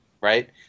right